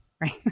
right